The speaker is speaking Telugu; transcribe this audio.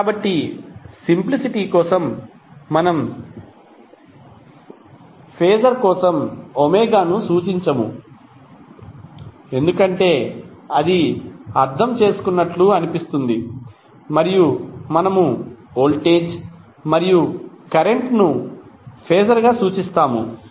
కాబట్టి సింప్లిసిటీ కోసం మనము ఫేజర్ కోసం ఒమేగా ను సూచించము ఎందుకంటే అది అర్థం చేసుకున్నట్లు అనిపిస్తుంది మరియు మనము వోల్టేజ్ మరియు కరెంట్ ను ఫేజర్ గా సూచిస్తాము